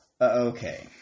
Okay